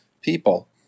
people